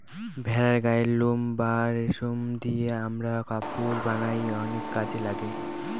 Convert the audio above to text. ভেড়ার গায়ের লোম বা রেশম দিয়ে আমরা কাপড় বানায় অনেক কাজ হয়